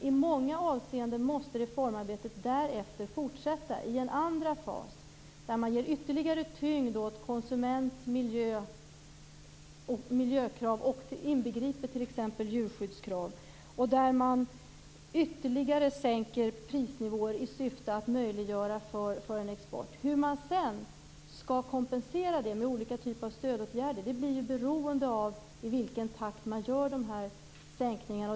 I många avseenden måste reformarbetet därefter fortsätta i en andra fas, där man ger ytterligare tyngd åt konsumentoch miljökrav, inbegripet t.ex. djurskyddskrav, och där man ytterligare sänker prisnivåer i syfte att möjliggöra för en export. Hur man sedan skall kompensera detta med olika typer av stödåtgärder blir ju beroende av i vilken takt man genomför de här sänkningarna.